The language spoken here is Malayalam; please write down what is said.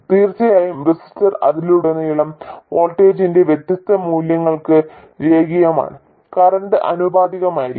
തീർച്ചയായും റെസിസ്റ്റർ അതിലുടനീളം വോൾട്ടേജിന്റെ വ്യത്യസ്ത മൂല്യങ്ങൾക്ക് രേഖീയമാണ് കറന്റ് ആനുപാതികമായിരിക്കും